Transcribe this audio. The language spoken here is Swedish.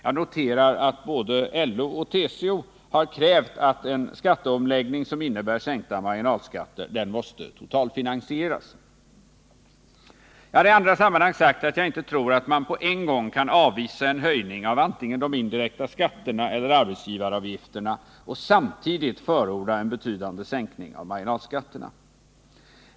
Jag noterar att både LO och TCO har krävt att en skatteomläggning som innebär sänkta marginalskatter måste totalfinansieras. Jag har i andra sammanhang sagt att jag inte tror att man på en gång kan avvisa en höjning av antingen de indirekta skatterna eller arbetsgivaravgifterna och samtidigt förorda en betydande sänkning av marginalskatterna.